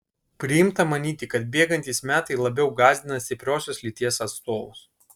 priimta manyti kad bėgantys metai labiau gąsdina stipriosios lyties atstovus